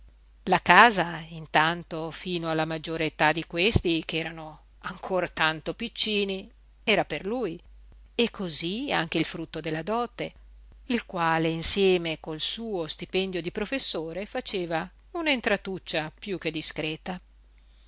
la casa intanto fino alla maggiore età di questi ch'erano ancor tanto piccini era per lui e cosí anche il frutto della dote il quale insieme col suo stipendio di professore faceva un'entratuccia piú che discreta